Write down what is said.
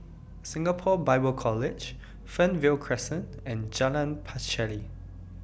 Singapore Bible College Fernvale Crescent and Jalan Pacheli